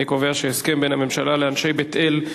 אני קובע שהסכם בין הממשלה לאנשי בית-אל,